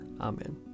Amen